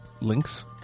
links